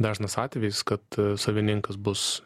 dažnas atvejis kad e savininkas bus